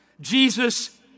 Jesus